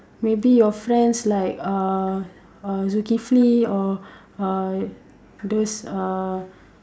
maybe your friends like uh Zukifli or uh those uh